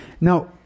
Now